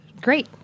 great